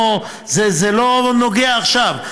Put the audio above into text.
זה לא נוגע לעכשיו.